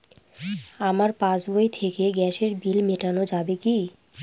আমার পাসবই থেকে গ্যাসের বিল মেটানো যাবে কি?